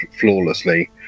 flawlessly